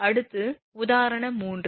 அடுத்து உதாரணம் 3